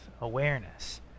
awareness